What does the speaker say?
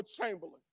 Chamberlain